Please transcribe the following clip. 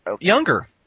younger